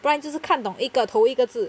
不然就是看懂一个头一个字